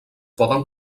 poden